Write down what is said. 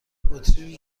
بطری